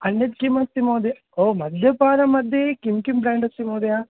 अन्यत् किमस्ति महोदय ओ मद्यपाानमध्ये किं किं ब्र्राण्ड् अस्ति महोदय